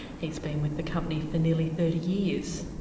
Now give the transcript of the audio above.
he's been with the company for nearly thirty years.